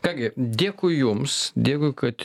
ką gi dėkui jums dėkui kad